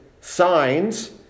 signs